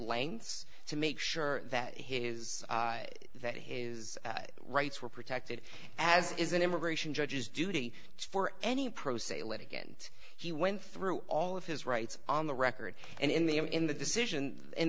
lengths to make sure that his that his rights were protected as is an immigration judge is duty for any pro se litigant he went through all of his rights on the record and in the in in the decision in